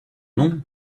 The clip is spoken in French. nom